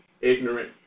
ignorant